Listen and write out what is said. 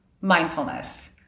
mindfulness